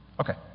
Okay